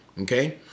Okay